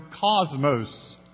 cosmos